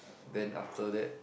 then after that